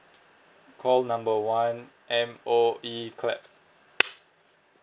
call number one M_O_E clap